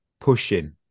pushing